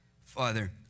Father